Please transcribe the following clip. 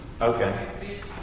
Okay